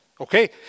Okay